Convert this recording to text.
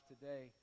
today